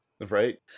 Right